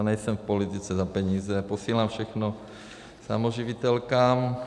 Já nejsem v politice za peníze, posílám všechno samoživitelkám.